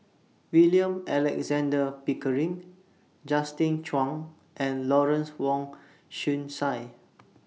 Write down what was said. William Alexander Pickering Justin Zhuang and Lawrence Wong Shyun Tsai